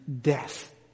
death